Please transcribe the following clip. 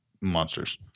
monsters